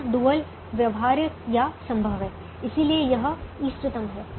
यहां डुअल व्यवहार्य या संभव है इसलिए यह इष्टतम है